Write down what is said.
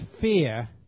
fear